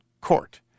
Court